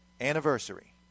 Anniversary